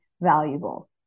valuable